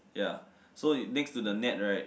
ya so it next to the net right